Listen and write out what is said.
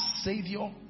Savior